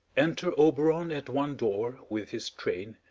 enter oberon at one door, with his train,